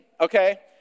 okay